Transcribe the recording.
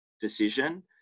decision